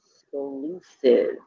exclusive